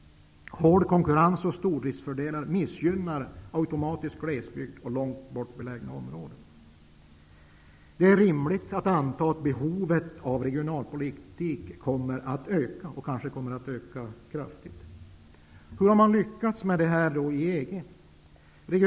Hård konkurrens och stordriftsfördelar missgynnar automatiskt glesbygd och långt bort belägna områden. Det är rimligt att anta att behovet av regionalpolitiska insatser kommer att öka kraftigt. Hur har man lyckats med detta i EG?